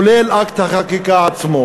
כולל אקט החקיקה עצמו